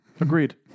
Agreed